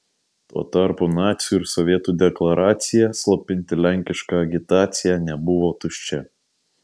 tuo tarpu nacių ir sovietų deklaracija slopinti lenkišką agitaciją nebuvo tuščia